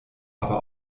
aber